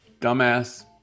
dumbass